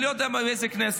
אני לא יודע באיזו כנסת.